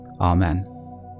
Amen